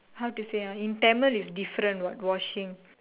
how to say ah in Tamil is different what washing